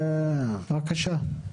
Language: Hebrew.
בבקשה.